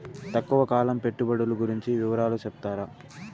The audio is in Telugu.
తక్కువ కాలం పెట్టుబడులు గురించి వివరాలు సెప్తారా?